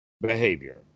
behavior